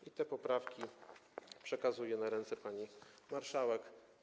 I te poprawki przekazuję na ręce pani marszałek.